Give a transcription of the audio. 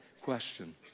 question